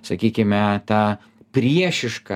sakykime ta priešiška